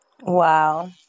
Wow